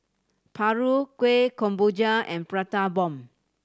paru Kueh Kemboja and Prata Bomb